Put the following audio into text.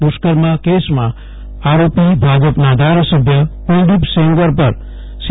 દુષ્કર્મ કેસમાં આરોપી ભાજપના ધારાસભ્ય કુલદીપ સેંગર પર સી